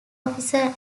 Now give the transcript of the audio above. officer